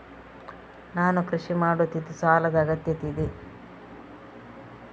ನಾನು ಕೃಷಿ ಮಾಡುತ್ತಿದ್ದು ಸಾಲದ ಅಗತ್ಯತೆ ಇದೆ?